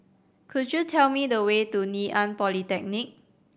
could you tell me the way to Ngee Ann Polytechnic